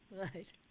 Right